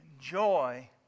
Joy